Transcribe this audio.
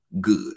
good